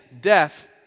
death